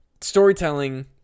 storytelling